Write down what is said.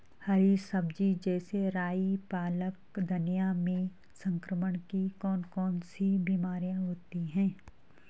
हरी सब्जी जैसे राई पालक धनिया में संक्रमण की कौन कौन सी बीमारियां होती हैं?